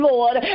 Lord